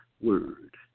word